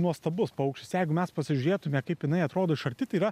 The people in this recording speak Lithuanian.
nuostabus paukštis jeigu mes pasižiūrėtume kaip jinai atrodo iš arti tai yra